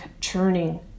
churning